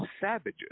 savages